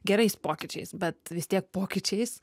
gerais pokyčiais bet vis tiek pokyčiais